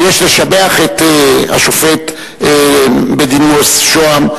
ויש לשבח את השופט בדימוס שהם,